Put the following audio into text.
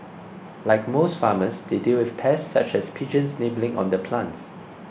like most farmers they deal with pests such as pigeons nibbling on the plants